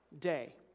day